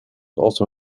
also